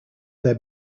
their